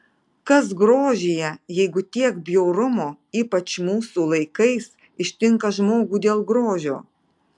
kas grožyje jeigu tiek bjaurumo ypač mūsų laikais ištinka žmogų dėl grožio